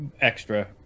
Extra